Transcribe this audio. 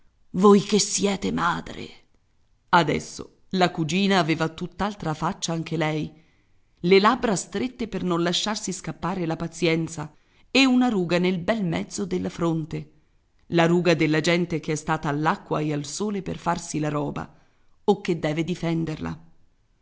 voi che siete madre adesso la cugina aveva tutt'altra faccia anche lei le labbra strette per non lasciarsi scappar la pazienza e una ruga nel bel mezzo della fronte la ruga della gente che è stata all'acqua e al sole per farsi la roba o che deve difenderla